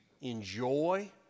enjoy